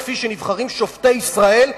כפי שנבחרים שופטי ישראל.